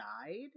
died